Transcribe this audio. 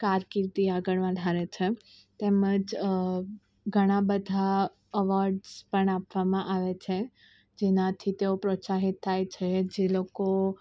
કારકિર્દી આગળ વધારે છે તેમજ ઘણા બધા અવોર્ડ્સ પણ આપવામાં આવે છે જેનાથી તેઓ પ્રોત્સાહિત થાય છે જે લોકો